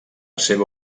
seva